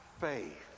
faith